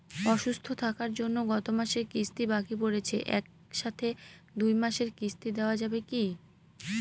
অসুস্থ থাকার জন্য গত মাসের কিস্তি বাকি পরেছে এক সাথে দুই মাসের কিস্তি দেওয়া যাবে কি?